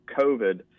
covid